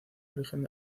origen